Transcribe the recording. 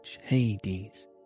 Hades